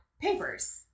papers